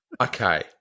Okay